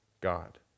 God